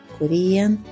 Korean